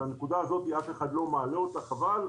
את הנקודה הזאת אף אחד לא מעלה, חבל.